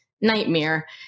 nightmare